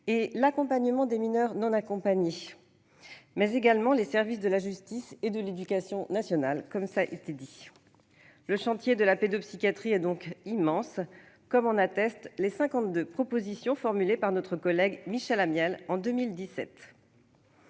et l'accompagnement des mineurs non accompagnés, mais également les services de la justice et de l'éducation nationale. Le chantier de la pédopsychiatrie est immense, comme en attestent les cinquante-deux propositions formulées par notre collègue Michel Amiel en 2017.